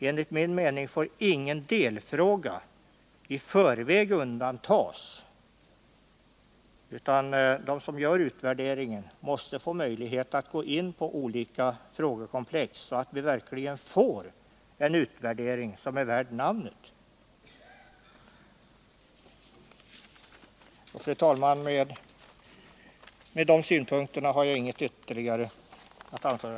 Enligt min mening får ingen delfråga i förväg undantas, utan de som gör utvärderingen måste få möjlighet att gå in på olika frågekomplex, så att vi verkligen får en utvärdering som är värd namnet. Fru talman! Utöver dessa synpunkter har jag inget ytterligare att anföra.